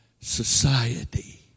society